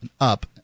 up